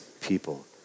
people